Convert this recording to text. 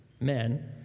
men